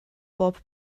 pob